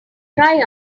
try